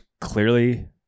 clearly